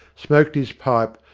smoked his pipe,